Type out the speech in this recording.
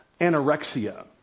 anorexia